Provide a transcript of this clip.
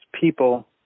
people